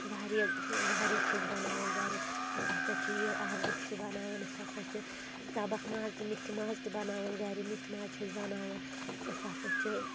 واریاہ واریاہ چھِ أسۍ بَناوَان گَرِ أسۍ ہَسا چھِ یہِ آبہٕ گۄش تہِ بَناوَان أسۍ ہَسا چھِ تَبکھ ماز تہِ میتھِ ماز تہِ بَناوَان گَرِ میٚتھِ ماز چھِ أسۍ بَناوَان أسۍ ہَسا چھِ